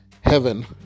heaven